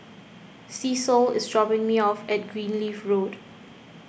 Cecil is dropping me off at Greenleaf Road